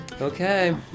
Okay